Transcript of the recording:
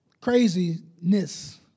craziness